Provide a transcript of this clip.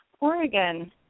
Oregon